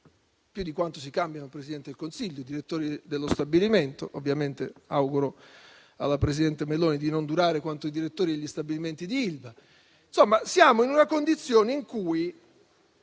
più di quanto si cambino i Presidenti del Consiglio. Ovviamente auguro al presidente Meloni di non durare quanto i direttori degli stabilimenti di Ilva. Insomma, siamo in una condizione in cui